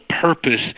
purpose